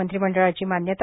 मंत्रिमंडळाची मान्यता